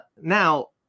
Now